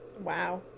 Wow